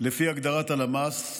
לפי הגדרת הלמ"ס,